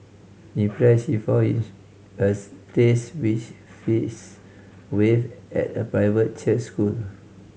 impressed she found his as place wish fees waived at a private church school